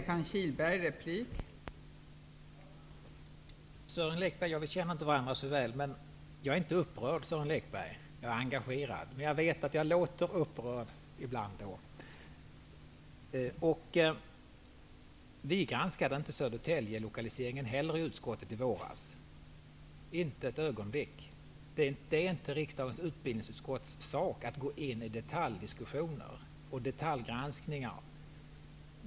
Fru talman! Sören Lekberg, vi känner inte varandra så väl, men jag är inte upprörd, Sören Lekberg. Jag är engagerad, men jag vet att jag vid sådana tillfällen ibland låter upprörd. Utskottet granskade inte heller i våras Södertäljealternativet, inte för ett ögonblick. Det är inte riksdagens utbildningsutskotts sak att gå in i detaljdiskussioner och detaljgranskningar.